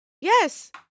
Yes